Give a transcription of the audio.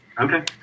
Okay